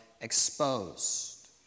exposed